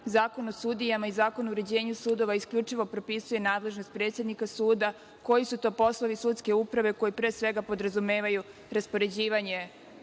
Zakon o sudijama i Zakon o uređenju sudova isključivo propisuje nadležnost predsednika suda, koji su to poslovi sudske uprave, koji pre svega podrazumevaju raspoređivanje